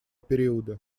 периода